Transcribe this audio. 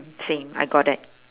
same I got that